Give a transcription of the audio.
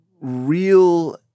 real